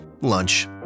lunch